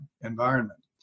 environment